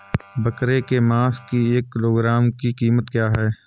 बकरे के मांस की एक किलोग्राम की कीमत क्या है?